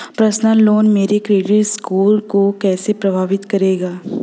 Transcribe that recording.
Personal loan मेरे credit score को कैसे प्रभावित करेगा?